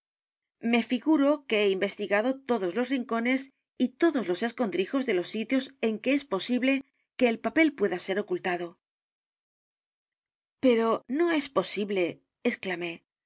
me figuro que he investi'gado todos los rincones y todos los escondrijos de los sitios en que es posible que el papel pueda ser ocultado pero no es posible